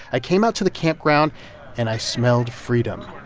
i came out to the campground and i smelled freedom,